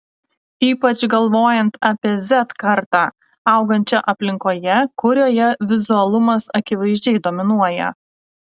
ypač galvojant apie z kartą augančią aplinkoje kurioje vizualumas akivaizdžiai dominuoja